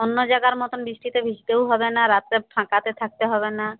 অন্য জায়গার মতো বৃষ্টিতে ভিজতেও হবে না রাত্রে ফাঁকাতে থাকতে হবে না